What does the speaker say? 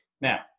Now